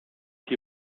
die